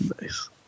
Nice